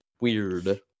weird